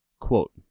quote